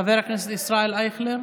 חבר הכנסת ישראל אייכלר,